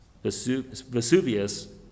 Vesuvius